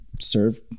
serve